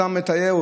אדם מתייר,